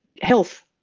Health